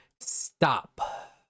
stop